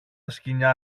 σκοινιά